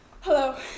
Hello